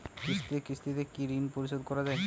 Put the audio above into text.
কিস্তিতে কিস্তিতে কি ঋণ পরিশোধ করা য়ায়?